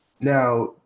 Now